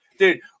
Dude